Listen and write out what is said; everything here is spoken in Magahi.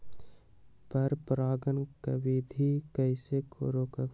पर परागण केबिधी कईसे रोकब?